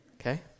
Okay